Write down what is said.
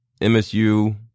MSU